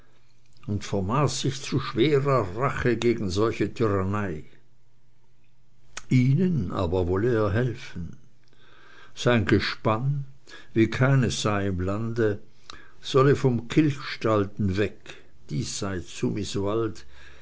und vermaß sich zu schwerer rache gegen solche tyrannei ihnen aber wolle er helfen sein gespann wie keines sei im lande solle vom kilchstalden weg diesseits sumiswald